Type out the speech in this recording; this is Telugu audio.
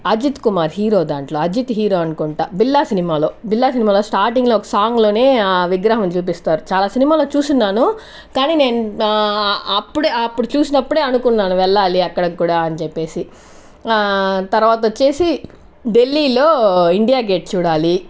అజిత్ కుమార్ హీరో దాంట్లో అజిత్ హీరో అనుకుంటా బిల్లా సినిమాలో బిల్లా సినిమాలో స్టార్టింగ్ లో ఒక సాంగ్లోనే ఆ విగ్రహం చూపిస్తారు చాలా సినిమాల్లో చూసున్నాను కానీ నేను అప్పుడే అప్పుడే చూసినప్పుడే అనుకున్నాను వెళ్ళాలి అక్కడికి కూడా అని చెప్పేసి తర్వాత వచ్చేసి ఢిల్లీలో ఇండియా గేట్ చూడాలి